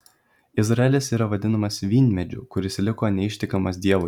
izraelis yra vadinamas vynmedžiu kuris liko neištikimas dievui